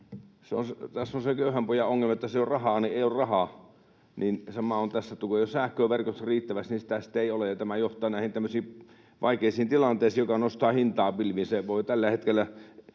Tässä on se köyhän pojan ongelma: jos ei ole rahaa, niin ei ole rahaa. Sama on tässä, että kun ei ole sähköä verkossa riittävästi, niin sitä sitten ei ole, ja tämä johtaa näihin tämmöisiin vaikeisiin tilanteisiin, jotka nostavat hintaa pilviin. Tällä hetkellä